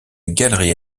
galerie